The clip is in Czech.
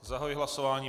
Zahajuji hlasování.